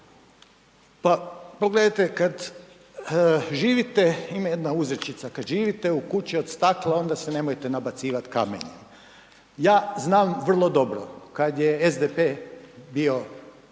Pa pogledajte kad živite, ima jedna uzrečica, kad živite u kući od stakla onda se nemojte nabacivat kamenjem. Ja znam vrlo dobro kad je SDP bio